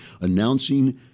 announcing